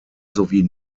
sowie